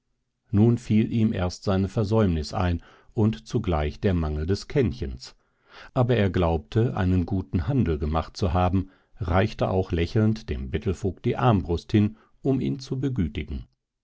nun fiel ihm erst seine versäumnis ein und zugleich der mangel des kännchens aber er glaubte einen guten handel gemacht zu haben reichte auch lächelnd dem bettelvogt die armbrust hin um ihn zu begütigen